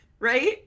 right